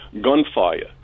gunfire